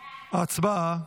הצבעה.